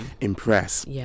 impress